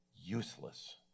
useless